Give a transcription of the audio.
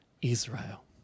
Israel